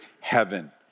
heaven